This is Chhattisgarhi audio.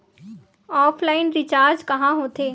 ऑफलाइन रिचार्ज कहां होथे?